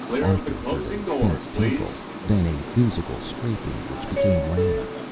arthur heard a faint tinkle, then a musical scraping, which became louder.